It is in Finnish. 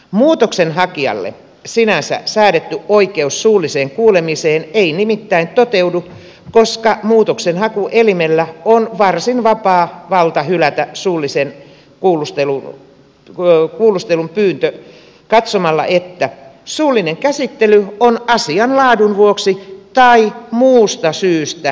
muutoksenhakijalle sinänsä säädetty oikeus suulliseen kuulemiseen ei nimittäin toteudu koska muutoksenhakuelimellä on varsin vapaa valta hylätä suullisen kuulustelun pyyntö katsomalla että suullinen käsittely on asian laadun vuoksi tai muusta syystä ilmeisen tarpeeton